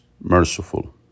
merciful